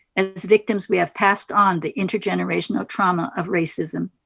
and as victims, we have passed on the intergenerational trauma of racism,